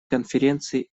конференции